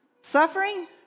Suffering